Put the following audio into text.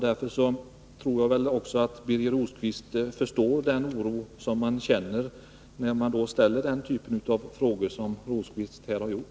Jag tror att också Birger Rosqvist förstår den oro som man känner inför den typ av frågor som Birger Rosqvist här har berört.